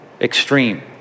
extreme